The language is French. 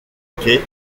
quai